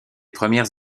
premières